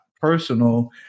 personal